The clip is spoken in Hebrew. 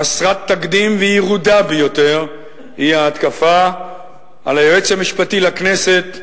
חסרת תקדים וירודה ביותר היא ההתקפה על היועץ המשפטי לכנסת,